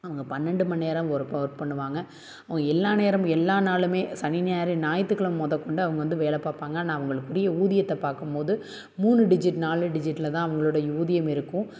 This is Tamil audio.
அவங்க பன்னெண்டு மணி நேரம் ஒர்க் பண்ணுவாங்க எல்லா நேரமும் எல்லா நாளும் சனி ஞாயிறு ஞாயித்துக்கிழம முதல் கொண்டு அவங்க வந்து வேலை பார்ப்பாங்க ஆனால் அவங்களுக்குரிய ஊதியத்தை பார்க்கும் போது மூணு டிஜிட் நாலு டிஜிட்டில்தான் அவங்களுடைய ஊதியம் இருக்கும்